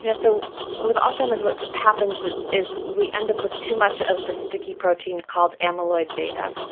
you know so with alzheimer's what happens is we end up with too much of this sticky protein called amyloid beta,